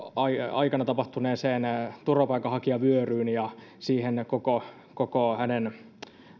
aikana tapahtuneeseen turvapaikanhakijavyöryyn ja siihen koko koko hänen